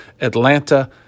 Atlanta